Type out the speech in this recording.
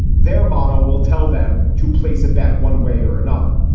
their model will tell them to place a bet one way or another.